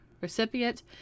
recipient